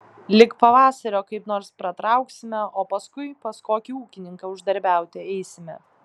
lig pavasario kaip nors pratrauksime o paskui pas kokį ūkininką uždarbiauti eisime